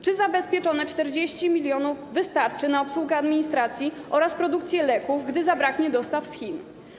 Czy zabezpieczone 40 mln wystarczy na obsługę administracji oraz produkcję leków, gdy zabraknie dostaw z Chin?